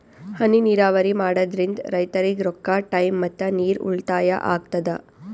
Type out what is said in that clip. ಹನಿ ನೀರಾವರಿ ಮಾಡಾದ್ರಿಂದ್ ರೈತರಿಗ್ ರೊಕ್ಕಾ ಟೈಮ್ ಮತ್ತ ನೀರ್ ಉಳ್ತಾಯಾ ಆಗ್ತದಾ